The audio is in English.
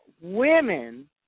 women